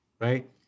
right